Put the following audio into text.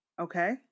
okay